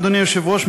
אדוני היושב-ראש,